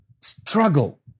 struggle